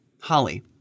Holly